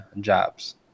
jobs